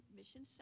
Mission